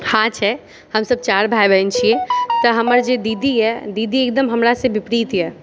हाँ छै हमसब चारि भाइ बहिन छी तऽ हमर जे दीदी यऽ दीदी एकदम हमरा से विपरीत यऽ